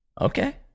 Okay